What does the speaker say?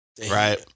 Right